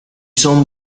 son